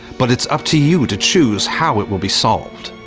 but it's up to you to choose how it will be solved.